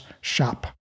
shop